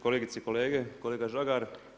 Kolegice i kolege, kolega Žagar.